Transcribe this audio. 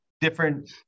different